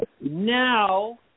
Now